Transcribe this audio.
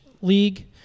league